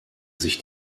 sich